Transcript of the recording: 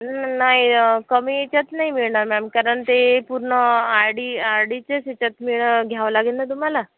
न नाही कमी याच्यात नाही मिळणार मॅम कारण ते पूर्ण आय डी आर डीच्याच हेच्यात मिळ घ्यावं लागेल ना तुम्हाला